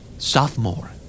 Sophomore